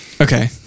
Okay